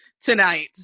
Tonight